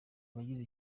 abagize